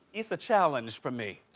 issa challenge for me.